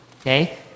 Okay